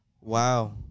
Wow